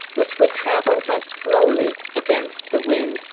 which would travel but slowly, against the wind,